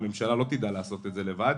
הממשלה לא תדע לעשות את זה לבד.